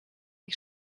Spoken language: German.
ich